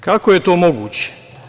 Kako je to moguće?